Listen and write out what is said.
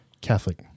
Catholic